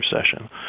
session